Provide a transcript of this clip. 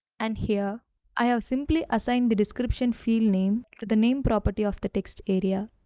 and here i have simply assigned the description field name to the name property of the text area.